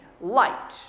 light